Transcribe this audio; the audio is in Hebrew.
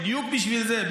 ובדיוק בשביל זה,